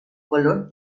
color